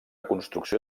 construcció